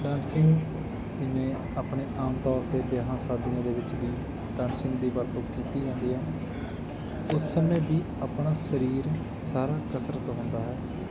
dancing ਜਿਵੇਂ ਆਪਣੇ ਆਮ ਤੌਰ 'ਤੇ ਵਿਆਹਾਂ ਸ਼ਾਦੀਆਂ ਦੇ ਵਿੱਚ ਵੀ ਡਾਂਸਿੰਗ ਦੀ ਵਰਤੋਂ ਕੀਤੀ ਜਾਂਦੀ ਹੈ ਉਸ ਸਮੇਂ ਵੀ ਆਪਣਾ ਸਰੀਰ ਸਾਰਾ ਕਸਰਤ ਹੁੰਦਾ ਹੈ